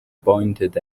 pointed